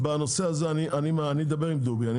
אני אדבר עם דובי,